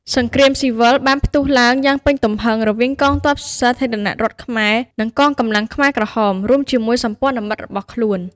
សង្គ្រាមស៊ីវិលបានផ្ទុះឡើងយ៉ាងពេញទំហឹងរវាងកងទ័ពសាធារណរដ្ឋខ្មែរ និងកងកម្លាំងខ្មែរក្រហម រួមជាមួយសម្ព័ន្ធមិត្តរបស់ខ្លួន។